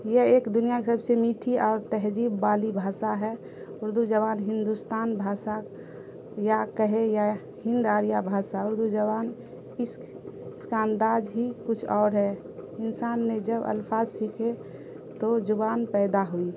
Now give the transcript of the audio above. یہ ایک دنیا سب سے میٹھی اور تہذیب والی بھاشا ہے اردو زبان ہندوستان بھاشا یا کہے یا ہند آریا بھاشا اردو زبان اسک اس کا انداز ہی کچھ اور ہے انسان نے جب الفاظ سیکھے تو زبان پیدا ہوئی